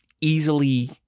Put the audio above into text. easily